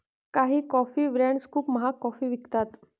काही coffee brands खूप महाग कॉफी विकतात